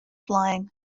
flying